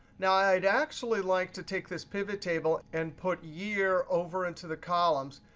now, i'd actually like to take this pivot table and put year over into the columns.